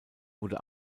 wurde